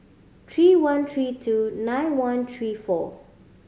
three one three two nine one three four